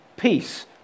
Peace